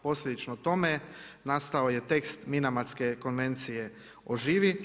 Posljedično tome nastao je tekst Minamatske konvencije o živi.